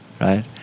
right